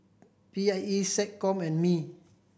P I E SecCom and Mi